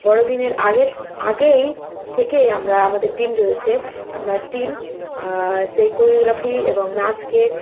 বড়দিনের আগে আগেই থেকে আমরা আমাদের টিম রয়েছে আমরা টিম সেই কোরিওগ্রাফি এবং নাচকে